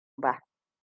ba